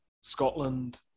Scotland